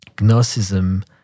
Gnosticism